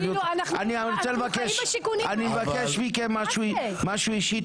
אני מבקש ממכם משהו אישי,